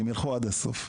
הם ילכו עד הסוף.